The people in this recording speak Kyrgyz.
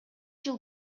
жыл